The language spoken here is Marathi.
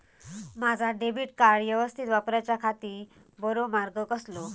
माजा डेबिट कार्ड यवस्तीत वापराच्याखाती बरो मार्ग कसलो?